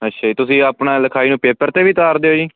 ਅੱਛਾ ਜੀ ਤੁਸੀਂ ਆਪਣਾ ਲਿਖਾਈ ਨੂੰ ਪੇਪਰ 'ਤੇ ਵੀ ਉਤਾਰਦੇ ਹੋ ਜੀ